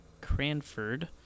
Cranford